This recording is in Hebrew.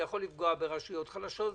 זה יכול לפגוע ברשויות חלשות,